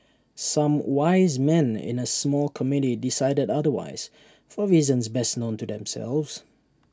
some wise men in A small committee decided otherwise for reasons best known to themselves